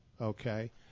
okay